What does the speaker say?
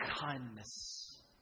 kindness